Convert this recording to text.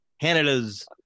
Canada's